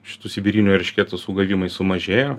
šitų sibirinių eršketų sugavimai sumažėjo